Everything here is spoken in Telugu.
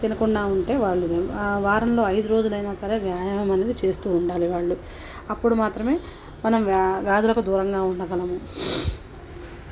తినకుండా ఉంటే వాళ్ళు నయం వారంలో ఐదు రోజులైనా సరే వ్యాయామం అనేది చేస్తూ ఉండాలి వాళ్ళు అప్పుడు మాత్రమే మనం వ్యాధులకు దూరంగా ఉండగలము